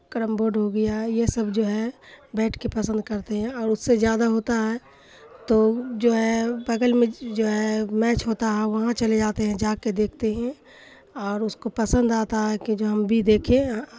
carrom board ہو گیا یہ سب جو ہے بیٹھ کے پسند کرتے ہیں اور اس سے زیادہ ہوتا ہے تو جو ہے بغل میں جو ہے میچ ہوتا ہے وہاں چلے جاتے ہیں جا کے دیکھتے ہیں اور اس کو پسند آتا ہے کہ جو ہم بھی دیکھیں